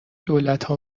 دولتها